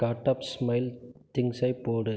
God ஆஃப்ஸ் smile திங்க்ஸை போடு